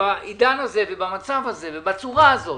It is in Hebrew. שבעידן הזה ובמצב הזה ובצורה הזאת